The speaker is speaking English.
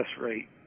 rate